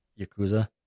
Yakuza